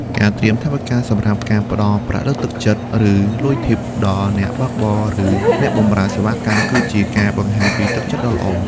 ការត្រៀមថវិកាសម្រាប់ការផ្តល់ប្រាក់លើកទឹកចិត្ត ឬ លុយ Tip ដល់អ្នកបើកបរ ឬអ្នកបម្រើសេវាកម្ម គឺជាការបង្ហាញពីទឹកចិត្តដ៏ល្អ។